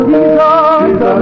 Jesus